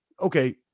okay